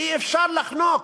אי-אפשר לחנוק.